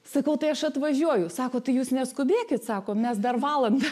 sakau tai aš atvažiuoju sako tai jūs neskubėkit sako mes dar valandą